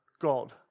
God